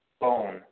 bone